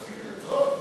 תפסיקו לרצות,